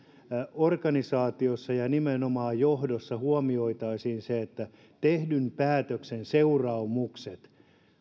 organisaatiossa ja nimenomaan johdossa huomioitaisiin se että tehdyn päätöksen seuraamukset